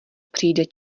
přijde